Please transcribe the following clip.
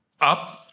up